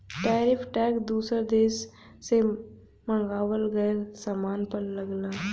tariff tax दूसर देश से मंगावल गयल सामान पर लगला